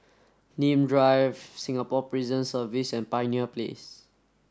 Nim Drive Singapore Prison Service and Pioneer Place